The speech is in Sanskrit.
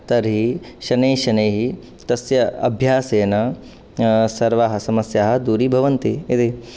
तर्हि शनैः शनैः तस्य अभ्यासेन सर्वाः समस्याः दूरीभवन्ति यदि